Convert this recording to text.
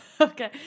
Okay